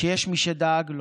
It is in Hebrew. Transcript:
שיש מי שדאג לו.